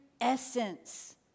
essence